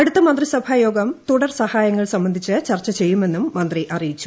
അടുത്ത മന്ത്രിസഭായോഗം തുടർ സഹായങ്ങൾ സംബന്ധിച്ച് ചർച്ച ചെയ്യുമെന്നും മന്ത്രി അറിയിച്ചു